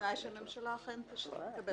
בתנאי שהממשלה אכן תקבל את זה.